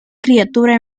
criatura